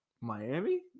Miami